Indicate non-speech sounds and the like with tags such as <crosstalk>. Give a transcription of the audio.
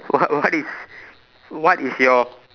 what <laughs> what is what is your